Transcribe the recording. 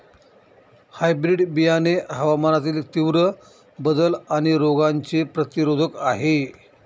hybrid बियाणे हवामानातील तीव्र बदल आणि रोगांचे प्रतिरोधक आहे